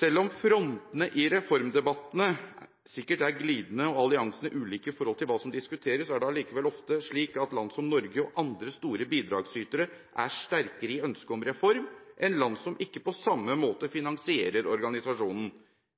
Selv om frontene i reformdebattene sikkert er glidende og alliansene ulike i forhold til hva som diskuteres, er det allikevel ofte slik at land som Norge og andre store bidragsytere er sterkere i ønsket om reform enn land som ikke på samme måte finansierer organisasjonen.